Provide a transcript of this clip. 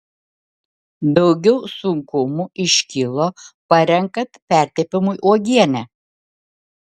daugiau sunkumų iškilo parenkant pertepimui uogienę